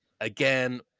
again